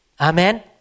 Amen